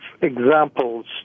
examples